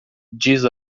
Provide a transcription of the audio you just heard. diz